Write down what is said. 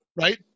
right